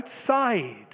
outside